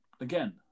again